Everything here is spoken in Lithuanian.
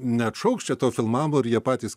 neatšauks čia to filmavo ir jie patys